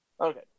Okay